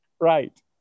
Right